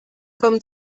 kommen